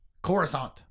Coruscant